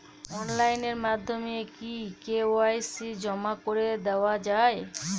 Online মাধ্যমে কি KYC জমা করে দেওয়া য়ায়?